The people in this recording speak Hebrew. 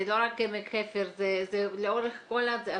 זה לא רק עמק חפר, זה לאורך 45